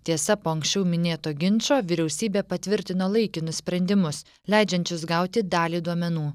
tiesa po anksčiau minėto ginčo vyriausybė patvirtino laikinus sprendimus leidžiančius gauti dalį duo menų